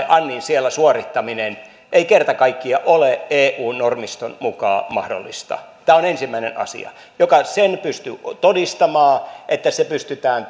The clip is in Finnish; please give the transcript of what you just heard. annin suorittamisen ei kerta kaikkiaan ole eu normiston mukaan mahdollista tämä on ensimmäinen asia jos joku sen pystyy todistamaan että se pystytään